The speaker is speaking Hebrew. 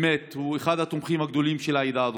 באמת, הוא אחד התומכים הגדולים של העדה הדרוזית.